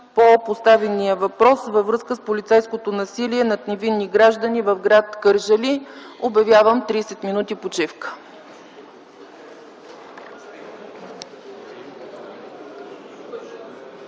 по поставения въпрос във връзка с полицейското насилие над невинни граждани в гр. Кърджали. Обявявам 30 минути почивка.